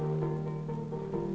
no